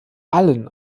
allen